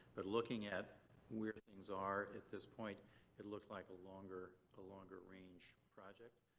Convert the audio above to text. but looking at where things are at this point it looked like a longer ah longer range project.